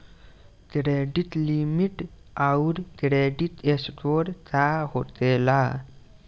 Credit limit आउर credit score का होखेला?